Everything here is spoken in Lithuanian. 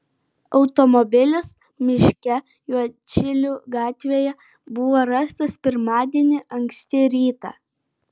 automobilis miške juodšilių gatvėje buvo rastas pirmadienį anksti rytą